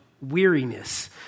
weariness